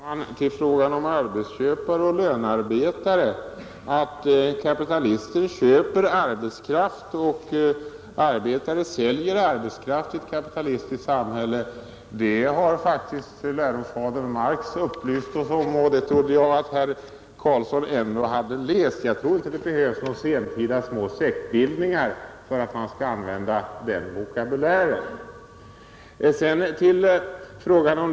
Herr talman! Först frågan om arbetsköpare och lönearbetare. Att kapitalister köper arbetskraft och arbetare säljer arbetskraft i ett kapitalistiskt samhälle har faktiskt lärofader Marx upplyst oss om, och det trodde jag att herr Karlsson ändå hade läst. Det behövs inte några sentida små sektbildningar för att man skall använda den vokabulären.